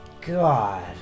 God